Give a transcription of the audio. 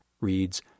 reads